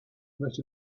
möchte